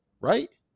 right